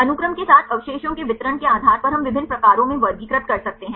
अनुक्रम के साथ अवशेषों के वितरण के आधार पर हम विभिन्न प्रकारों में वर्गीकृत कर सकते हैं